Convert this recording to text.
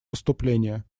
выступления